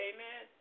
Amen